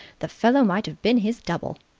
the fellow might have been his double.